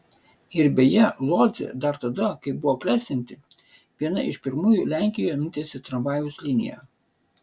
ir beje lodzė dar tada kai buvo klestinti viena iš pirmųjų lenkijoje nutiesė tramvajaus liniją